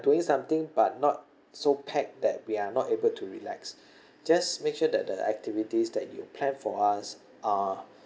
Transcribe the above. doing something but not so packed that we are not able to relax just make sure that the activities that you plan for us are